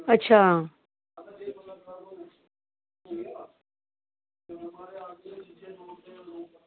अच्छा